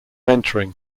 entering